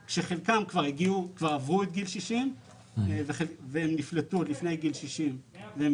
חלקן כבר עברו את גיל 60 ונפלטו עוד לפני גיל 60. הן